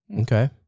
Okay